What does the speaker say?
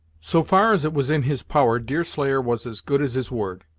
so far as it was in his power, deerslayer was as good as his word.